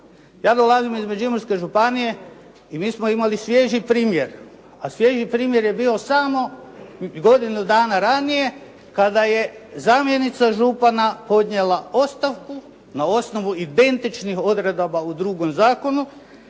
Ja dolazim iz Međimurske županije i mi smo imali svježi primjer, a svježi primjer je bio samo godinu dana ranije kada je zamjenica župana podnijela ostavku na osnovu identičnih odredaba u drugom zakonu,